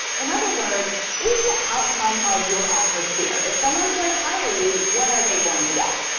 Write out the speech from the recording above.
in other words, is the outcome of your offer clear? if someone's going to hire you, what are they going to get?